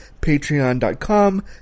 patreon.com